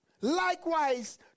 likewise